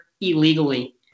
illegally